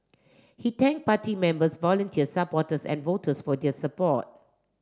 he thank party members volunteer supporters and voters for their support